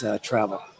travel